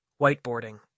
Whiteboarding